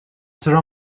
چرا